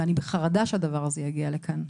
ואני בחרדה שהדבר הזה יגיע לכאן,